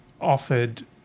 offered